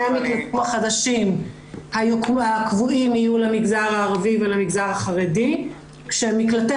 המקלטים החדשים הקבועים יהיו למגזר הערבי ולמגזר החרדי כשמקלטי